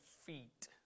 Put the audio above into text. feet